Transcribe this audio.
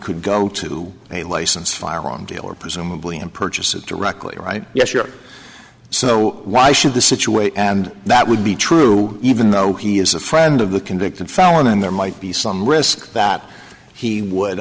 could go to a licensed firearm dealer presumably and purchase it directly right yes your so why should the scituate and that would be true even though he is a friend of the convicted felon and there might be some risk that he would